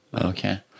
Okay